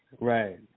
right